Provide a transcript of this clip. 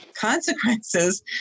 consequences